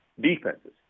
defenses